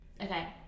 okay